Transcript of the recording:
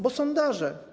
Bo sondaże.